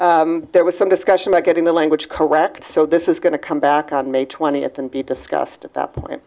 there was some discussion about getting the language correct so this is going to come back on may twentieth and be discussed at that point